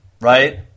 right